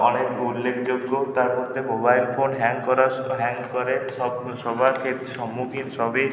অনেক উল্লেখযোগ্য তার মধ্যে মোবাইল ফোন হ্যাং করার হ্যাং করে সবার ক্ষেত্রে সম্মুখীন সবই